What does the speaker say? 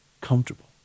comfortable